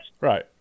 right